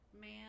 man